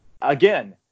Again